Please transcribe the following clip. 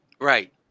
right